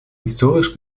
historisch